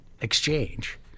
exchange